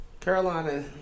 Carolina